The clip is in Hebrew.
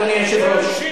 אדוני היושב-ראש,